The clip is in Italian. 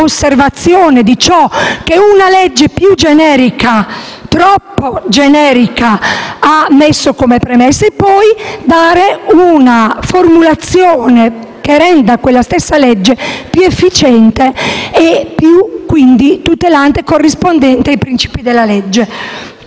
osservazione di ciò che una legge troppo generica ha posto come premessa, e poi dare una formulazione che renda quella stessa legge più efficiente e quindi più tutelante e corrispondente ai suoi principi.